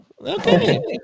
okay